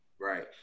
Right